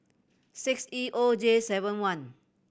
six E O J seven one